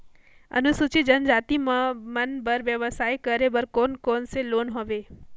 अनुसूचित जनजाति मन बर व्यवसाय करे बर कौन कौन से लोन हवे?